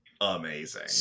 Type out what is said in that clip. amazing